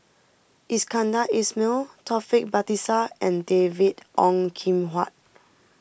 Iskandar Ismail Taufik Batisah and David Ong Kim Huat